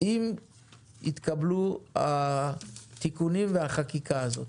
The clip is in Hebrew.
אם יתקבלו התיקונים והחקיקה הזאת.